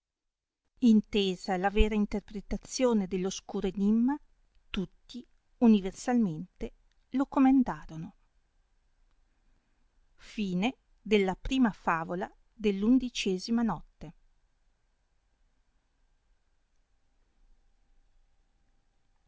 intesa la vera interpretazione dell oscuro enimma tutti universalmente la comendarono e